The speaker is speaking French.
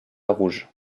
rouge